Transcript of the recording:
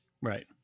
right